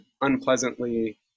unpleasantly